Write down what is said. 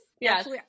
yes